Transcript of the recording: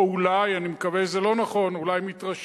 או אולי, אני מקווה שזה לא נכון, אולי מתרשלת,